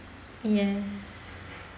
ya